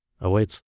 awaits